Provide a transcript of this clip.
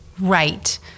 right